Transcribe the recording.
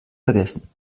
vergessen